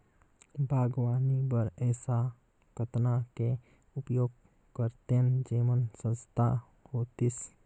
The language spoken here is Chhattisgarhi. बागवानी बर ऐसा कतना के उपयोग करतेन जेमन सस्ता होतीस?